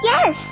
Yes